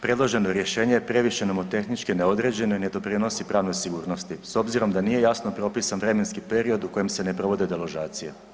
Predloženo rješenje je previše nomotehnički neodređeno i ne doprinosi pravnoj sigurnosti, s obzirom da nije jasno propisan vremenski period u kojem se ne provode deložacije.